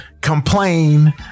complain